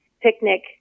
picnic